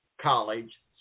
college